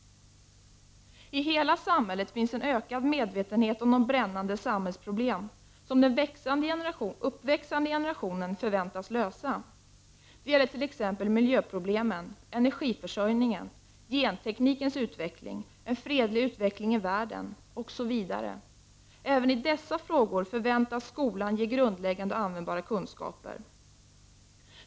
I hela samhället finns en ökad medvetenhet om de brännande samhällsproblem som den uppväxande generationen förväntas lösa. Det gäller t.ex. miljöproblemen, energiförsörjningen, genteknikens utveckling, en fredlig utveckling i världen osv. Även i dessa frågor förväntas skolan ge grundläggande och användbara kunskaper.